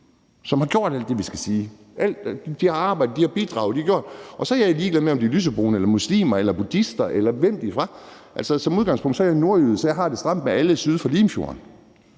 som har gjort alt det, de skal. De har arbejdet og bidraget, og så er jeg ligeglad med, om de er lysebrune eller muslimer eller buddhister, eller hvem de er. Som udgangspunkt er jeg nordjyde, så jeg har det stramt med alle syd for Limfjorden.